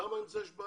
למה יש עם זה בעיה?